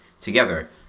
Together